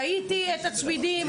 ראיתי את הצמידים,